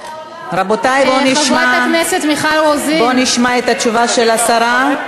רבותי, בואו נשמע את התשובה של השרה.